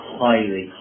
highly